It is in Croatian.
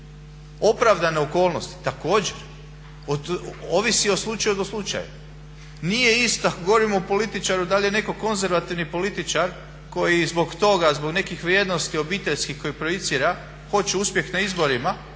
Opravdane okolnosti također ovise od slučaja do slučaja. Nije isto ako govorimo o političaru da li je netko konzervativni političar koji zbog toga, zbog nekih vrijednosti obiteljskih koje projicira hoće uspjeh na izborima